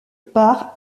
par